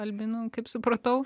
albinu kaip supratau